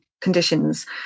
conditions